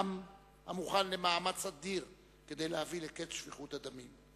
עם המוכן למאמץ אדיר כדי להביא קץ לשפיכות הדמים.